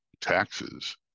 taxes